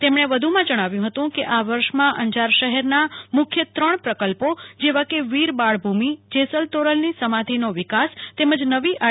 તેમણે વધુમાં જણાવ્યું હતું કે આ વર્ષમાં અંજાર શહેરનાં મુખ્ય ત્રણ પ્રકલ્પો જેવા કેવીરબાળભૂમિ જેસલ તોરલની સમાધિનો વિકાસ તેમજ નવી આર